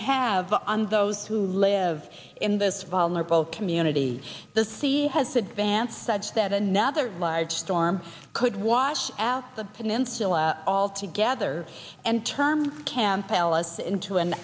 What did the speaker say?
have on those who live in this vulnerable community the sea has advanced such that another large storm could wash out the peninsula altogether and term campell us into an